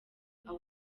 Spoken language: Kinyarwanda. aho